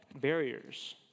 barriers